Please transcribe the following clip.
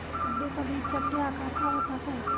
कद्दू का बीज चपटे आकार का होता है